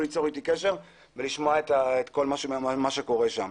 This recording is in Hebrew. ליצור אתי קשר ולשמוע את כל מה שקורה שם.